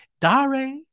Dare